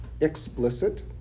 explicit